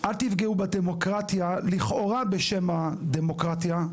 אל תפגעו בדמוקרטיה לכאורה בשם הדמוקרטיה,